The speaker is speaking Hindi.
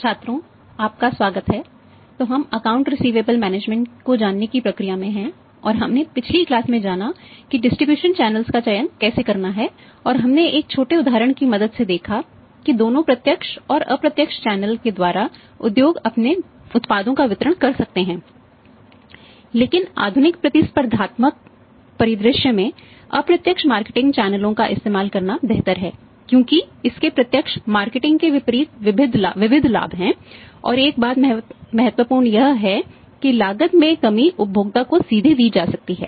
छात्रों आपका स्वागत है तो हम अकाउंट रिसिवेबल मैनेजमेंट के विपरीत विविध लाभ है और एक महत्वपूर्ण बात यह है कि लागत में कमी उपभोक्ता को सीधे दी जा सकती है